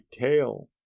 tail